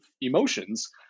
emotions